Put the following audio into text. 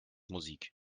musik